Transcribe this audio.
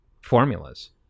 formulas